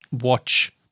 watch